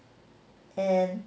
and